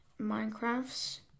minecraft's